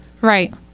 Right